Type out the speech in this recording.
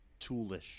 toolish